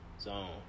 zone